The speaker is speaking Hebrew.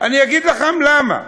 אני אגיד לכם למה: